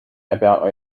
about